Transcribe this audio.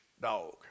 dog